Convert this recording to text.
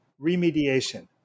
remediation